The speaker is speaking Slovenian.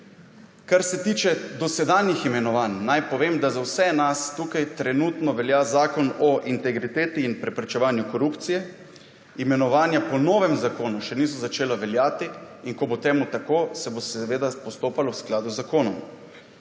Kar se tiče doseganjih imenovanj naj povem, da za vse nas tukaj trenutno velja Zakon o integriteti in preprečevanju korupcije, **59. TRAK: (VP) 13.50** (nadaljevanje) imenovanja po novem zakonu še niso začela veljati in ko bo temu tako, se bo seveda postopalo v skladu z zakonom.